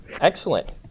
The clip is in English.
Excellent